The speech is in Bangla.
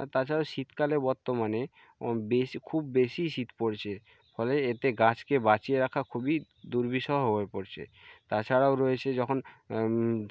আর তাছাড়া শীতকালে বর্তমানে বেশ খুব বেশিই শীত পড়ছে ফলে এতে গাছকে বাঁচিয়ে রাখা খুবই দুর্বিষহ হয়ে পড়ছে তাছাড়াও রয়েছে যখন